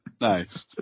Nice